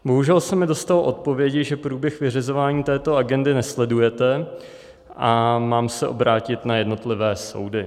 Bohužel se mi dostalo odpovědi, že průběh vyřizování této agendy nesledujete a mám se obrátit na jednotlivé soudy.